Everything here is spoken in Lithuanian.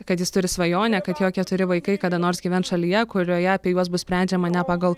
kad jis turi svajonę kad jo keturi vaikai kada nors gyvens šalyje kurioje apie juos bus sprendžiama ne pagal